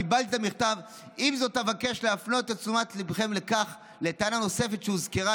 קיבלת מכתב: עם זאת אבקש להפנות את תשומת לבכם לטענה נוספת שהוזכרה,